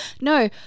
no